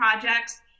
projects